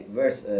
verse